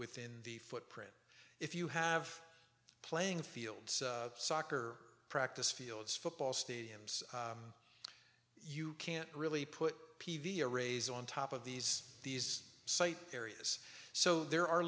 within the footprint if you have playing fields soccer practice fields football stadiums you can't really put p v arrays on top of these these site areas so there are